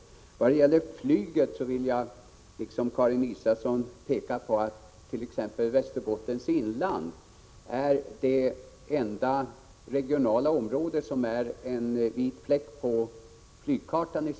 53 Vad beträffar flyget vill jag liksom Karin Israelsson peka på bristerna i 15 december 1986 Västerbottens inland, som är det enda område som är en vit fläck på den svenska flygkartan.